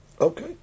Okay